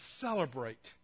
celebrate